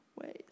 ways